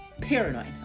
paranoid